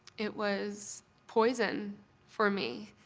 it was poison for me.